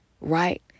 right